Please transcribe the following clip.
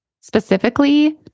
specifically